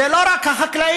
זה לא רק החקלאים.